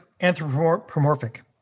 anthropomorphic